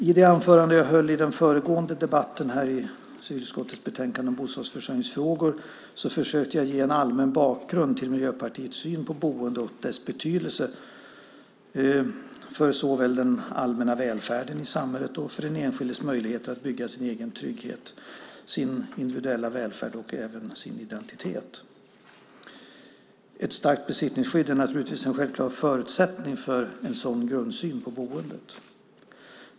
I det anförande jag höll i den föregående debatten om civilutskottets betänkande om bostadsförsörjningsfrågor försökte jag ge en allmän bakgrund till Miljöpartiets syn på boendet och dess betydelse för såväl den allmänna välfärden i samhället som den enskildes möjligheter att bygga sin egen trygghet, sin individuella välfärd och även sin identitet. Ett starkt besittningsskydd är naturligtvis en självklar förutsättning för en sådan grundsyn på boendet.